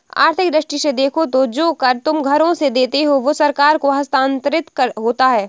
आर्थिक दृष्टि से देखो तो जो कर तुम घरों से देते हो वो सरकार को हस्तांतरित होता है